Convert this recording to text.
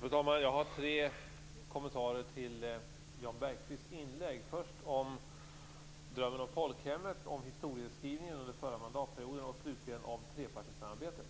Fru talman! Jag har tre kommentarer till Jan Bergqvists anförande. Det gäller drömmen om folkhemmet, om historieskrivningen under den förra mandatperioden och slutligen om tresamarbetet.